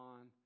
on